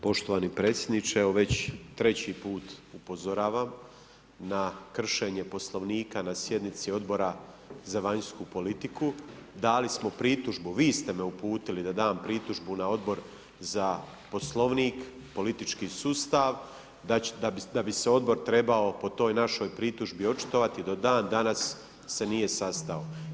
Poštovani predsjedniče, evo već treći put upozoravam na kršenje Poslovnika na sjednici Odbora za vanjsku politiku, dali smo pritužbu, vi ste me uputili da dam pritužbu na Odbor za Poslovnik, politički sustav, da bi se Odbor trebao po toj našoj pritužbi očitovati, do dan danas se nije sastao.